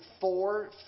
four